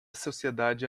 sociedade